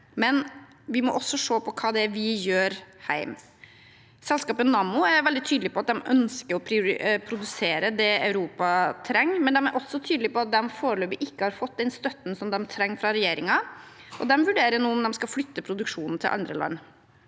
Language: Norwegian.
Men vi må også se på hva vi gjør hjemme. Selskapet Nammo er veldig tydelig på at de ønsker å produsere det Europa trenger, men de er også tydelige på at de foreløpig ikke har fått støtten de trenger fra regjeringen, og de vurderer nå å flytte produksjonen til andre land.